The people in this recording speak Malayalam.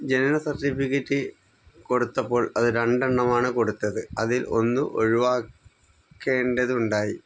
ജനന സർട്ടിഫിക്കറ്റ് കൊടുത്തപ്പോൾ അതു രണ്ടെണ്ണമാണു കൊടുത്തത് അതിൽ ഒന്ന് ഒഴിവാക്കേണ്ടതുണ്ടായി